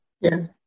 Yes